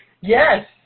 Yes